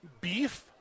beef